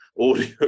audio